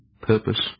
purpose